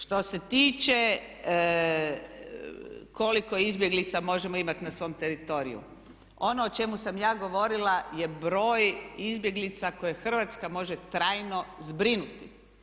Što se tiče koliko izbjeglica možemo imati na svom teritoriju ono o čemu sam ja govorila je broj izbjeglica koje Hrvatska može trajno zbrinuti.